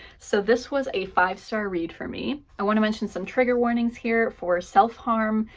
so this was a five star read for me. i want to mention some trigger warnings here for self-harm,